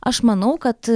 aš manau kad